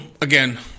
again